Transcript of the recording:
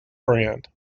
friend